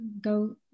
go